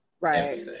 Right